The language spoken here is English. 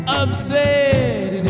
upset